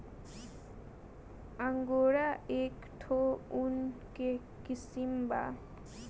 angora एक ठो ऊन के किसिम बा